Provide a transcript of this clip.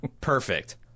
Perfect